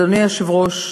אדוני היושב-ראש,